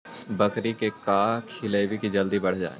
बकरी के का खिलैबै कि जल्दी बढ़ जाए?